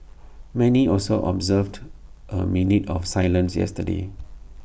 many also observed A minute of silence yesterday